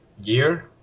year